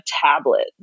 tablet